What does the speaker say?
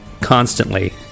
constantly